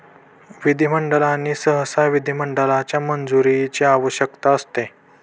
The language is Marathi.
विधिमंडळ आणि सहसा विधिमंडळाच्या मंजुरीची आवश्यकता असते